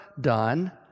done